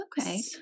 okay